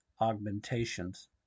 augmentations